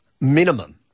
minimum